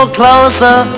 closer